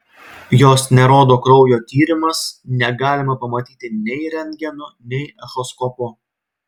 jos nerodo kraujo tyrimas negalima pamatyti nei rentgenu nei echoskopu